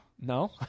No